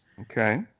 Okay